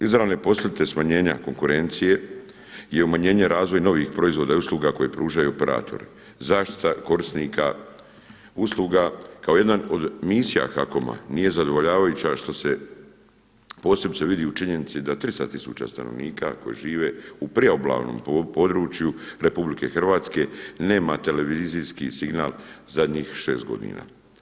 Izravne posljedice smanjenja konkurencije i umanjenja i razvoj novih proizvoda i usluga koje pružaju operatori, zaštita korisnika usluga kao jedan od misija HAKOM-a nije zadovoljavajuća što se posebice vidi i u činjenici da 300 tisuća stanovnika koji žive u priobalnom području RH nema televizijski signal zadnjih 6 godina.